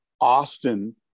Austin